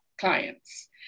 clients